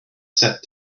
set